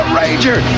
ranger